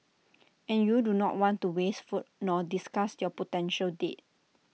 and you do not want to waste food nor disgust your potential date